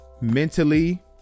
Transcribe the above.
mentally